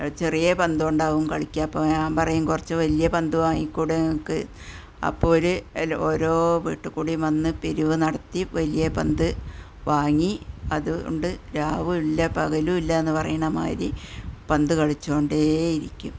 അതു ചെറിയ പന്തുണ്ടാകും കളിക്കുക അപ്പോൾ ഞാൻ പറയും കുറച്ചു വലിയ പന്തു വാങ്ങിക്കൂടെ നിങ്ങൾക്ക് അപ്പോൾ ഓര് ഓരോ വീട്ടിൽ കൂടിയും വന്നു പിരിവു നടത്തി വലിയ പന്തു വാങ്ങി അതുകൊണ്ട് രാവുമില്യ പകലുമില്ലയെന്നു പറയണ മാതിരി പന്തു കളിച്ചു കൊണ്ടേ ഇരിക്കും